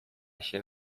się